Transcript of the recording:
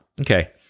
okay